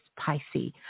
Pisces